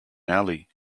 nelly